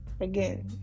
again